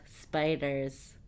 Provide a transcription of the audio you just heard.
Spiders